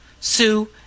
Sue